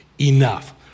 enough